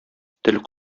тел